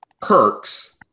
perks